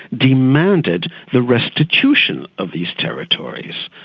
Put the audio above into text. demanded the restitution of these territories.